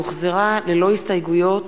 החזירה אותה, ללא הסתייגויות,